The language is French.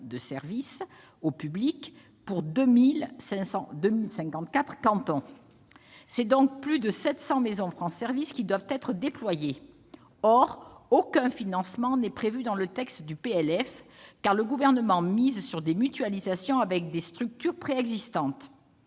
de services au public pour 2 054 cantons. Ce sont donc plus de 700 maisons France Services qui doivent être déployées. Or aucun financement n'est prévu dans le projet de loi de finances, car le Gouvernement mise sur des mutualisations avec des structures préexistantes.